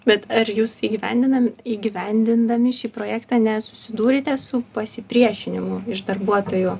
bet ar jūs įgyvendinam įgyvendindami šį projektą nesusidūrėte su pasipriešinimu iš darbuotojų